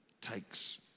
takes